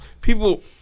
people